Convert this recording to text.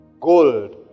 gold